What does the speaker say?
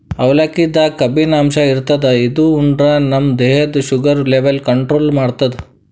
ಅವಲಕ್ಕಿದಾಗ್ ಕಬ್ಬಿನಾಂಶ ಇರ್ತದ್ ಇದು ಉಂಡ್ರ ನಮ್ ದೇಹದ್ದ್ ಶುಗರ್ ಲೆವೆಲ್ ಕಂಟ್ರೋಲ್ ಮಾಡ್ತದ್